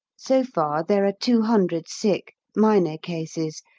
so far there are two hundred sick, minor cases,